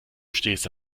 stehst